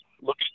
look